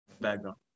background